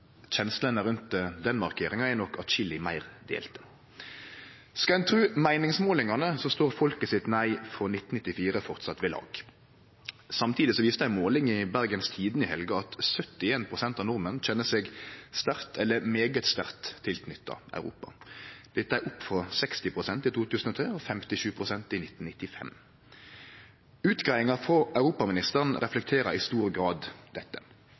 Kjenslene rundt den markeringa er nok atskilleg meir delte. Skal ein tru meiningsmålingane, står folket sitt nei frå 1994 framleis ved lag. Samtidig viste ei måling i Bergens Tidende i helga at 71 pst. av nordmennene kjenner seg sterkt eller svært sterkt knytte til Europa – dette er opp frå 60 pst. i 2003 og 57 pst. i 1995. Utgreiinga frå europaministeren reflekterer i stor grad dette.